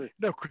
No